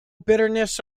bitterness